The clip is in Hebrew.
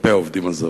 כלפי העובדים הזרים.